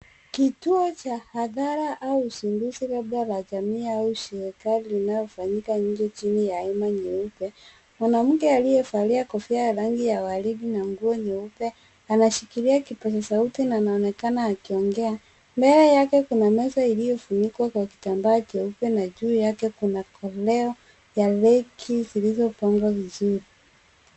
Kituo cha hadhara au uzinduzi labda la jamii au serikali inayofanyika nje chini ya hema nyeupe. Mwanamke aliyevalia kofia ya rangi ya waridi na nguo nyeupe anashikilia kipazasauti na anaonekana akiongea. Mbele yake kuna meza iliyofunikwa kwa kitambaa jeupe na juu yake kuna ya koleo ya reki zilizopangwa vizuri.